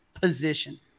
position